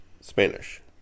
Spanish